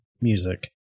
music